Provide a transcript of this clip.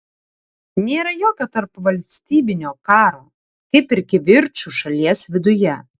nėra jokio tarpvalstybinio karo kaip ir kivirčų šalies viduje